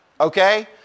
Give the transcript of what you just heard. Okay